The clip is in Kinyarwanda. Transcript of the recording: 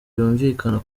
yumvikana